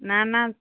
ନା ନା